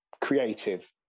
creative